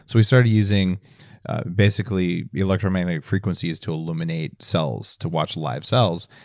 so he started using basically electromagnetic frequencies to eliminate cells, to watch live cells,